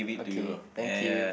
okay thank you